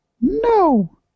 No